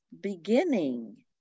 beginning